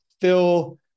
Phil